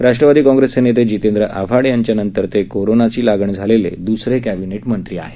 राष्ट्रवादी कॉग्रेसचे नेते जितेंद्र आव्हाड यांच्यानंतर कोरोनाची लागण झालेले ते द्सरे कॅबिनेट मंत्री आहेत